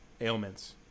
ailments